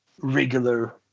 regular